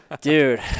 Dude